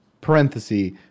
parenthesis